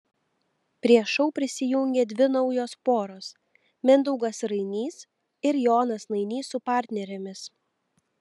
prie šou prisijungė dvi naujos poros mindaugas rainys ir jonas nainys su partnerėmis